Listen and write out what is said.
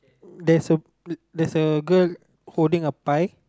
there's a there's a girl holding a pie